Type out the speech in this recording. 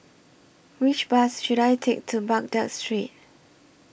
Which Bus should I Take to Baghdad Street